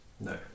No